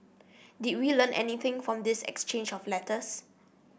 did we learn anything from this exchange of letters